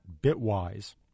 Bitwise